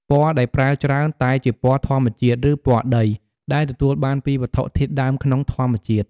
ពណ៌ដែលប្រើច្រើនតែជាពណ៌ធម្មជាតិ ឬពណ៌ដី ដែលទទួលបានពីវត្ថុធាតុដើមក្នុងធម្មជាតិ។